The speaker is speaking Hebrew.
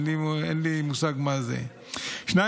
אין לי מושג מה זה,